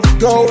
go